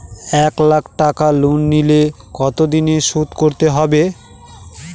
এক লাখ টাকা লোন নিলে কতদিনে শোধ করতে হবে?